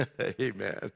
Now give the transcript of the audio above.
Amen